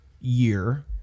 year